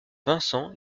vincent